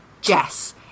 jess